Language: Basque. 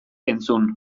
entzun